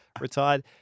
retired